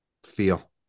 Feel